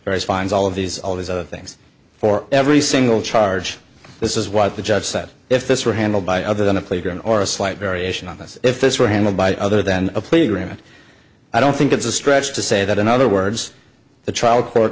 various fines all of these all these things for every single charge this is what the judge said if this were handled by other than a playground or a slight variation on this if this were handled by other than a plea agreement i don't think it's a stretch to say that in other words the trial court